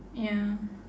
ya